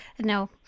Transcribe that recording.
No